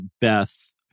Beth